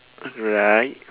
right